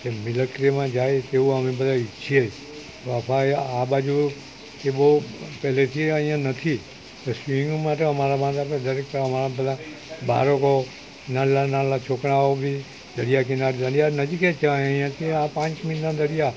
એ મિલિટરીમાં જાય તેવું અમે બધા ઇચ્છીએ જ આ બાજુ કે બહુ પહેલેથી અહીંયા નક્કી જ કે સ્વિમિંગ માટે અમારા અમારા પેલા બાળકો નાના નાના છોકરાઓ બી દરિયા કિનારે દરિયા નજીક જ કહેવાય અહીંયાથી આ પાંચ મીનિટમાં દરિયા